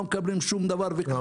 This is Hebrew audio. לא מקבלים שום דבר וכלום.